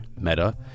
Meta